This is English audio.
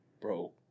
bro